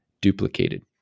duplicated